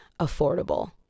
affordable